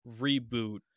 reboot